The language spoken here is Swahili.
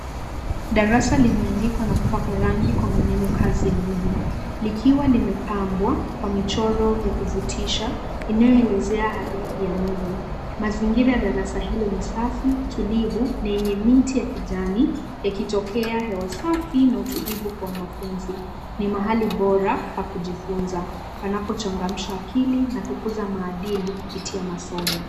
Darasa limeandikwa na kupakwa rangi kwa maneno kazi ya Nuhu. Likiwa limepambwa kwa michoro ya kuvutisha, eneo elezea hadithi ya Nuhu. Mazingira ya darasa hilo ni safi, tulivu, na yenye miti ya kijani, yakitokea hewa safi na utulivu kwa wanafunzi. Ni mahali bora pa kujifunza, panapochangamsha akili na kukuza maadili kupitia masomo.